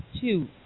two